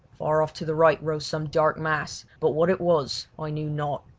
far off to the right rose some dark mass, but what it was i knew not.